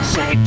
Say